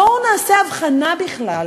בואו נעשה הבחנה בכלל